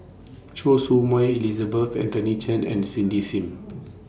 Choy Su Moi Elizabeth Anthony Chen and Cindy SIM